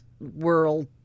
world